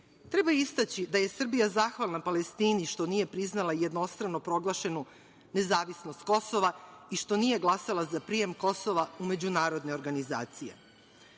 Treba istaći da je Srbija zahvalna Palestini što nije priznala jednostrano proglašenu nezavisnost Kosova i što nije glasala za prijem Kosova u međunarodne organizacije.S